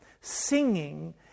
Singing